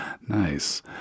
Nice